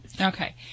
Okay